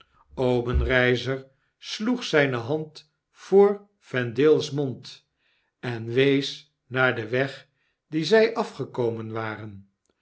obenreizer sloeg zijne hand voor vendale's mond en wees naar den weg dien zfl afgekomen waren